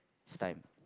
it's time